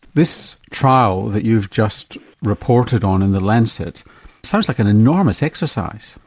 this trial that you've just reported on in the lancet sounds like an enormous exercise.